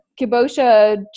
kibosha